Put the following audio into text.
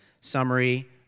summary